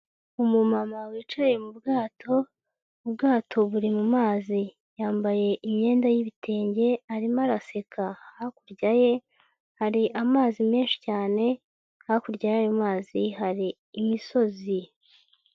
Umumama wicaye mu bwato, ubwato buri mu mazi yambaye imyenda y'ibitenge arimo araseka, hakurya ye hari amazi menshi cyane, hakurya y'ayo mazi hari imisozi.